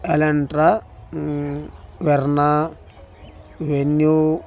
Elantra Verna venue